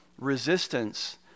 resistance